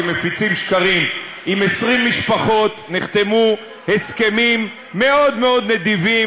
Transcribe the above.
כי מפיצים שקרים: עם 20 משפחות נחתמו הסכמים מאוד מאוד נדיבים.